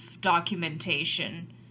documentation